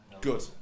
Good